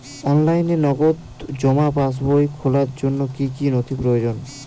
অনলাইনে নগদ জমা পাসবই খোলার জন্য কী কী নথি প্রয়োজন?